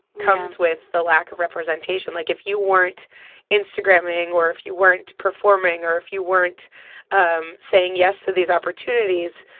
comes with the lack of representation. like, if you weren't instagramming, or if you weren't performing or if you weren't um saying yes to these opportunities,